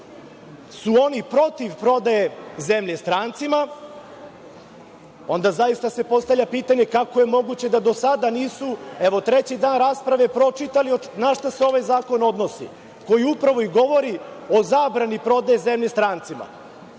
su oni protiv prodaje zemlje strancima. Onda se zaista postavlja pitanje kako je moguće da do sada nisu, evo, treći dan rasprave, pročitali na šta se ovaj zakon odnosi, koji upravo i govori o zabrani prodaje zemlje strancima,